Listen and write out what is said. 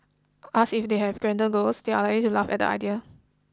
asked if they had grander goals they are likely to laugh at the idea